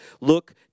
look